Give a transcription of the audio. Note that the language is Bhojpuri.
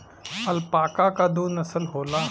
अल्पाका क दू नसल होला